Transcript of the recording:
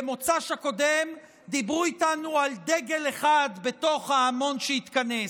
במוצ"ש הקודם דיברו איתנו על דגל אחד בתוך ההמון שהתכנס,